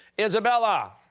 isabella?